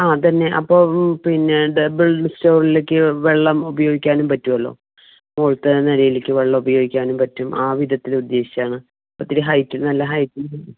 ആ അതുതന്നെ അപ്പം പിന്നെ ഡബിൾ സ്റ്റോറിലേക്ക് വെള്ളം ഉപയോഗിക്കാനും പറ്റുമല്ലോ മുകളിലത്തെ നിലയിലേക്ക് വെള്ളം ഉപയോഗിക്കാനും പറ്റും ആ വിധത്തിൽ ഉദ്ദേശിച്ചാണ് അപ്പം ഇത്തിരി ഹൈറ്റും നല്ല ഹൈറ്റും